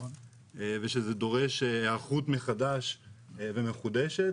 שדורש היערכות מחדש ומחודשת.